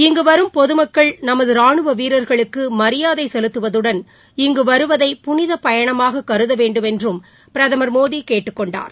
இங்கு வரும் பொதுமக்கள் நமது ராணுவ வீரர்களுக்கு மரியாதை செலுத்துவதுடன் இங்கு வருவதை புனிதப் பயணமாக கருதவேண்டும் என்று பிரதமர் மோடி கேட்டுக்கொண்டார்